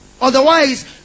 Otherwise